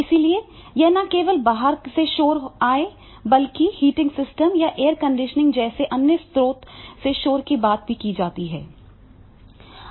इसलिए यह न केवल बाहर से शोर है बल्कि हीटिंग सिस्टम या एयर कंडीशनिंग जैसे अन्य स्रोत से शोर की बात की जाती है